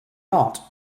art